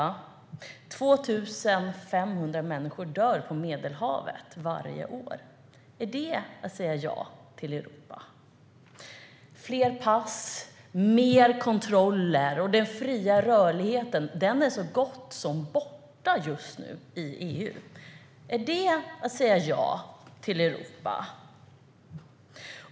Det är 2 500 människor som dör på Medelhavet varje år. Är det att säga ja till Europa? Det är fler pass och mer kontroller. Den fria rörligheten är så gott som borta just nu i EU. Är det att säga ja till Europa?